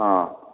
ହଁ